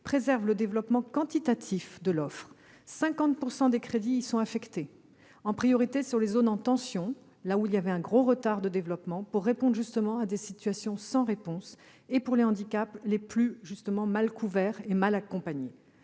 préserve le développement quantitatif de l'offre : 50 % des crédits y sont affectés, en priorité dans les zones en tension, là où il y avait un important retard de développement, pour faire face à des situations sans réponse et pour les handicaps les plus mal couverts et mal accompagnés.